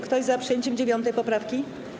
Kto jest za przyjęciem 9. poprawki?